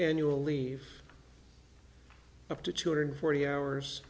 annual leave up to two hundred forty hours